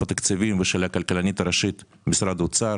התקציבים ושל הכלכלנית הראשית במשרד האוצר